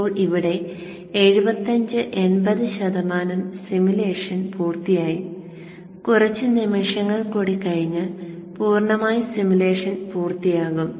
ഇപ്പോൾ ഇവിടെ 75 80 ശതമാനം സിമുലേഷൻ പൂർത്തിയായി കുറച്ച് നിമിഷങ്ങൾ കൂടി കഴിഞ്ഞാൽ പൂർണ്ണമായ സിമുലേഷൻ പൂർത്തിയാകും